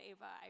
Ava